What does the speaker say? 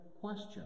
question